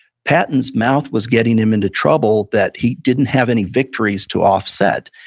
patton's mouth was getting him into trouble that he didn't have any victories to offset.